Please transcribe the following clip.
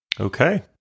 Okay